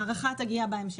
ההארכה תגיע בהמשך.